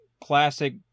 classic